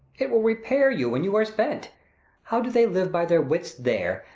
it will repair you when you are spent how do they live by their wits there,